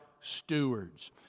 stewards